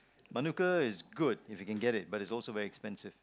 Manuka is good if you can get it but it's also very expensive